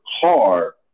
car